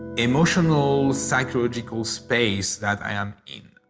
emotional psychological space that i am in.